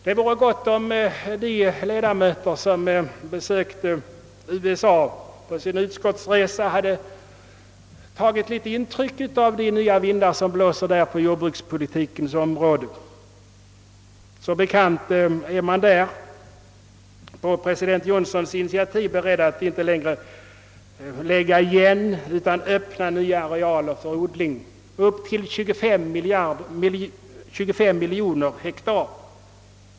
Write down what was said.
Det vore gott om de ledamöter som besökt USA på sin utskottsresa hade tagit litet intryck av de nya vindar som blåser på jordbrukspolitikens område där. Som bekant är man där på president Johnsons initiativ beredd att inte längre lägga igen utan öppna nya arealer för odling — upp till 25 miljoner har.